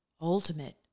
ultimate